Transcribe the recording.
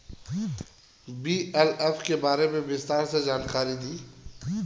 BLF के बारे में विस्तार से जानकारी दी?